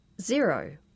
zero